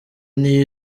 niyo